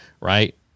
right